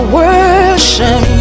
worship